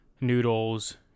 noodles